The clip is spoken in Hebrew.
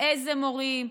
אילו מורים,